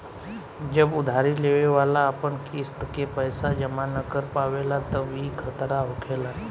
जब उधारी लेवे वाला अपन किस्त के पैसा जमा न कर पावेला तब ई खतरा होखेला